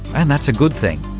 and that's a good thing.